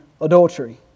adultery